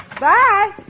Bye